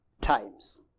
times